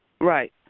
Right